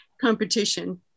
competition